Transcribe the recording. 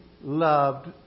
loved